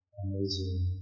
amazing